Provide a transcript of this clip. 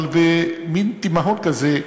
אבל במין תימהון כזה: